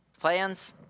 Plans